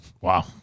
Wow